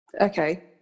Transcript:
Okay